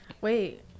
Wait